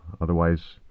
otherwise